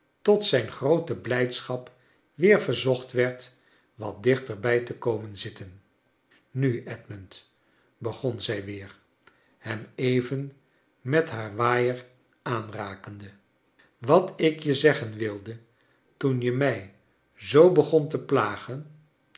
tot zijn groote blijdschap weer verzocht werd wat dichterbij te komen zitten nu edmund begon zij weer hem even met haar waaier aanrakende wat ik je zeggen wilde toen je mij zoo begon te plagen